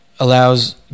allows